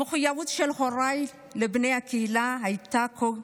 המחויבות של הוריי לבני הקהילה הייתה כה גדולה,